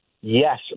Yes